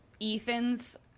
Ethan's